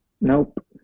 Nope